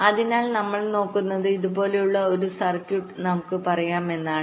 അതിനാൽ നമ്മൾ നോക്കുന്നത് ഇതുപോലുള്ള ഒരു സർക്യൂട്ട് നമുക്ക് പറയാം എന്നതാണ്